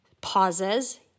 pauses